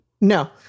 No